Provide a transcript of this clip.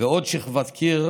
ועוד שכבת קיר,